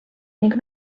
ning